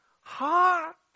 heart